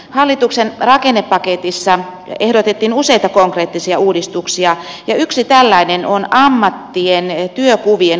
hallituksen rakennepaketissa ehdotettiin useita konkreettisia uudistuksia ja yksi tällainen on ammattien työkuvien uudelleen määrittely